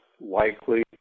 likely